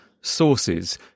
sources